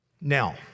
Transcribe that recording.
Now